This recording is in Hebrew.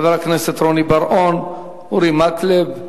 חברי הכנסת רוני בר-און, אורי מקלב,